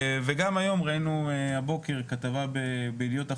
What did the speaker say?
וגם הבוקר ראינו כתבה ב'ידיעות אחרונות'